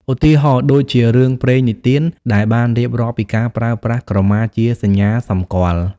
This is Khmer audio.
ឧទាហរណ៍ដូចជារឿងព្រេងនិទានដែលបានរៀបរាប់ពីការប្រើប្រាស់ក្រមាជាសញ្ញាសម្គាល់។